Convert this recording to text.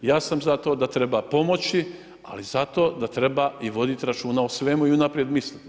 Ja sam za to da treba pomoći, ali i zato, da treba voditi računa o svemu i unaprijed misliti.